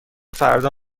فردا